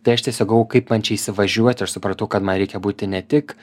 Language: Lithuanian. tai aš tiesiog galvojau kaip man čia įsivažiuoti aš supratau kad man reikia būti ne tik